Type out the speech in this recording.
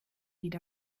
geht